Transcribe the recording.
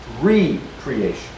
re-creation